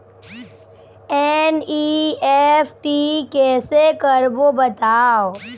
NEFT कैसे करबो बताव?